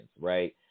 right